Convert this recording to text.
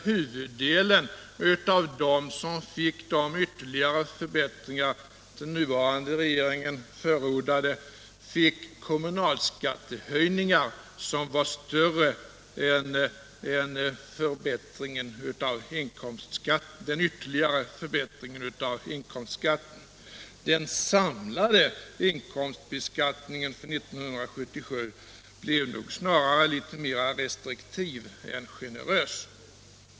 Huvuddelen av dem som fick de ytterligare förbättringar som den nuvarande regeringen förordade erhöll kommunalskattehöjningar som var större än den ytterligare förbättringen av inkomstskatten. Den samlade inkomstbeskattningen för 1977 blev nog snarare litet mera restriktiv än generös.